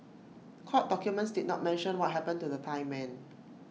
court documents did not mention what happened to the Thai men